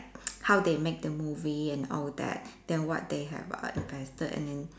how they make the movie and all that then what they have invested and then